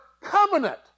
covenant